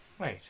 right